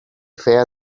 feia